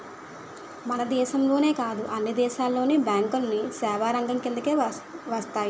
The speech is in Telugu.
మన దేశంలోనే కాదు అన్ని దేశాల్లోను బ్యాంకులన్నీ సేవారంగం కిందకు వస్తాయి